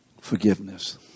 Forgiveness